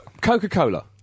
Coca-Cola